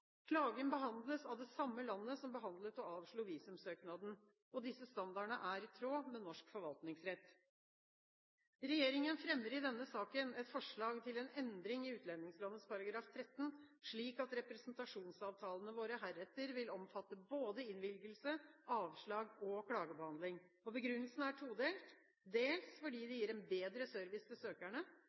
Klagen behandles av det samme landet som behandlet og avslo visumsøknaden. Disse standardene er i tråd med norsk forvaltningsrett. Regjeringen fremmer i denne saken et forslag til en endring i utlendingsloven § 13, slik at representasjonsavtalene våre heretter vil omfatte både innvilgelse, avslag og klagebehandling. Begrunnelsen er todelt – dels fordi det gir søkerne en bedre service,